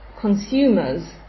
consumers